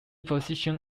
position